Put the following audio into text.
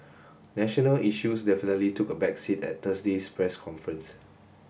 national issues definitely took a back seat at Thursday's press conference